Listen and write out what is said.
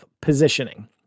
positioning